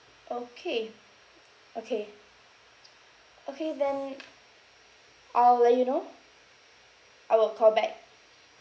okay okay okay then I'll let you know I will call back